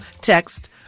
text